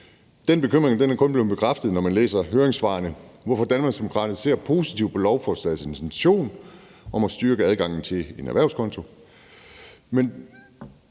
Den bekymring er kun blevet bekræftet, når man læser høringssvarene, hvorfor Danmarksdemokraterne ser positivt på lovforslagets intention om at styrke adgangen til en erhvervskonto.